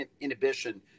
inhibition